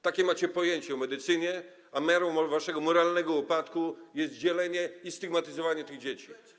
Takie macie pojęcie o medycynie, a miarą waszego moralnego upadku jest dzielenie i stygmatyzowanie tych dzieci.